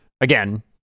again